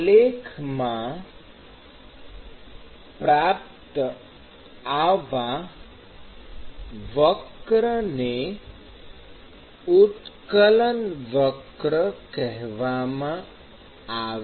આલેખમાં પ્રાપ્ત આવા વક્ર ને ઉત્કલન વક્ર કહેવામાં આવે છે